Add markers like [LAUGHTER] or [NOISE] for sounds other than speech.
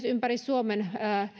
[UNINTELLIGIBLE] ympäri suomen